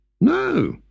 No